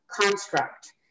construct